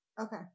Okay